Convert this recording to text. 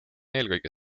eelkõige